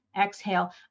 exhale